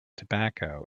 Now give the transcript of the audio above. tobacco